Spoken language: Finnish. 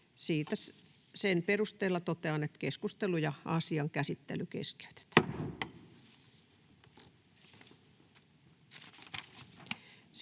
sen perusteella totean, että keskustelu ja asian käsittely keskeytetään. [Speech